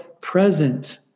present